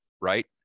right